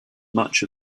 much